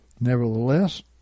Nevertheless